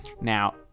Now